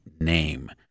name